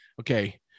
okay